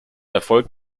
erfolg